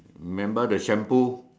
remember the shampoo